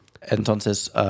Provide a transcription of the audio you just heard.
Entonces